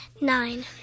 Nine